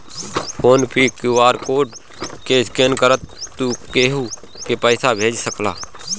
phone पे QR code के scan करके तू केहू के पईसा भेज सकेला